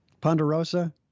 Ponderosa